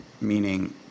meaning